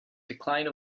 decline